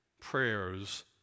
Prayers